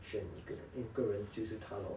选一个人就是他 loh